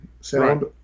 sound